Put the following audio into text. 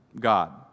God